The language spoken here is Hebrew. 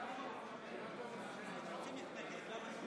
להלן תוצאות